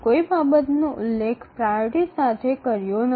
আমরা কখনই প্রাধান্য দিয়ে কিছু উল্লেখ করিনি